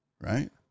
right